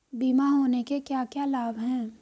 बीमा होने के क्या क्या लाभ हैं?